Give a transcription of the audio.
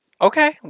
Okay